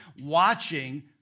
watching